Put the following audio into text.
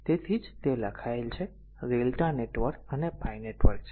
તેથી તેથી જ તે લખાયેલ છે Δ નેટવર્ક અને આ પાઇ નેટવર્ક છે